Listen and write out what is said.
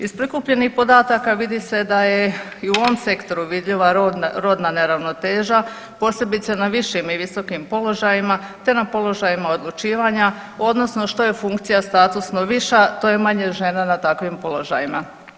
Iz prikupljenih podataka vidi se da je i u ovom sektoru vidljiva rodna neravnoteža posebice na višim i visokim položajima te na položajima odlučivanja odnosno što je funkcija statusno viša to je manje žena na takvim položajima.